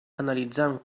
analitzant